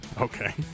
Okay